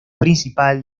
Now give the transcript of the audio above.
principal